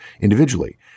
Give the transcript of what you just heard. individually